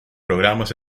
programas